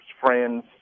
friends